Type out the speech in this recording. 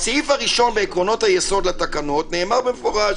בסעיף הראשון בעקרונות היסוד התקנות נאמר במפורש